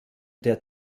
der